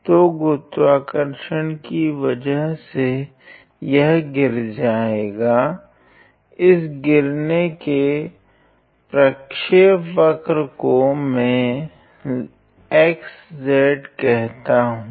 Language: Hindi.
तो गुरुत्वाकर्षण की वजह से यह गिर जाएगा इस गिरने के प्रक्षेपवक्र को मैं xz कहता हूँ